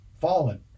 Fallen